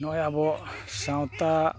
ᱱᱚᱜᱼᱚᱭ ᱟᱵᱚ ᱥᱟᱶᱛᱟ